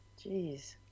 Jeez